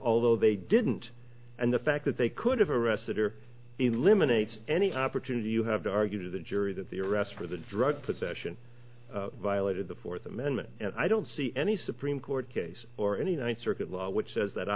although they didn't and the fact that they could have arrested or eliminates any opportunity you have to argue to the jury that the arrest for the drug possession violated the fourth amendment i don't see any supreme court case or any ninth circuit which says that a